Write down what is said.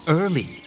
early